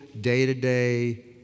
day-to-day